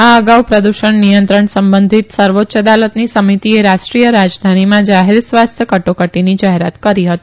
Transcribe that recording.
આ ગાઉ પ્રદુષણ નિયંત્રણ સંબંધિત સર્વોચ્ય દાલતની સમિતિએ રાષ્ટ્રીય રાજધાનીમાં જાહેર સ્વાસ્થ કટોકટીની જાહેરાત કરી હતી